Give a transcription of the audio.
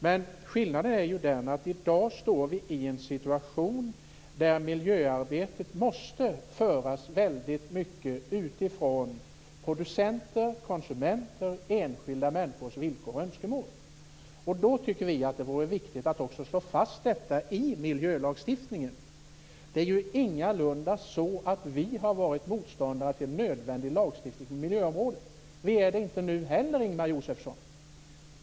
Men skillnaden är att vi i dag har en situation där miljöarbetet måste föras väldigt mycket utifrån producenters, konsumenters och enskilda människors villkor och önskemål. Då tycker vi att det vore viktigt att också slå fast detta i miljölagstiftningen. Det är ingalunda så att vi har varit motståndare till nödvändig lagstiftning på miljöområdet. Vi är det inte nu heller, Ingemar Josefsson.